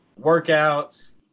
workouts